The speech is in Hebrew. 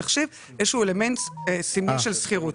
התחשיב איזשהו אלמנט סמלי של שכירות,